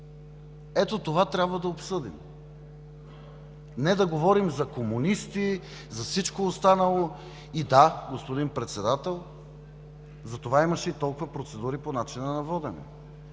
Ето това трябва да обсъдим, не да говорим за комунисти, за всичко останало! И да, господин Председател, затова имаше и толкова процедури по начина на водене.